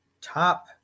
top